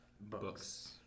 Books